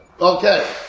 Okay